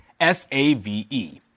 S-A-V-E